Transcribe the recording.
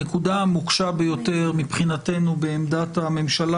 הנקודה המוקשה ביותר מבחינתנו בעמדת הממשלה